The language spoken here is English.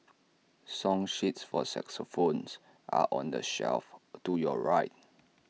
song sheets for phones are on the shelf to your right